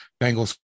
Bengals